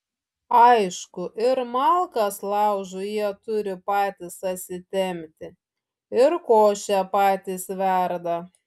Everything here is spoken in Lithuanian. aišku ir malkas laužui jie turi patys atsitempti ir košę patys verda